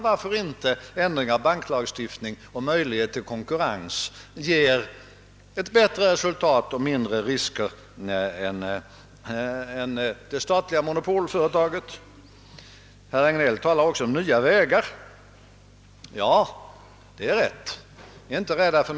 Den kan inte riktigt fatta att det är genom att förstora kakan som man kan ge större bitar åt en del utan att behöva minska dessa på andra håll.